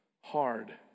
hard